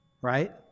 Right